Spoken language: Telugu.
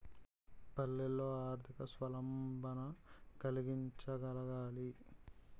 పల్లెల్లో ఆర్థిక స్వావలంబన కలిగించగలగాలి